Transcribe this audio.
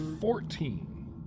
Fourteen